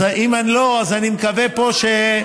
אז אם לא, אז אני מקווה פה,